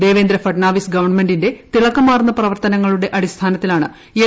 ദേവേന്ദ്ര ഫഡ്നവീസ് ഗവൺമെന്റിന്റെ തിളക്കമാർന്ന പ്രവർത്തനങ്ങളുടെ അടിസ്ഥാനത്തിലാണ് എൻ